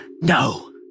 No